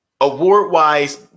Award-wise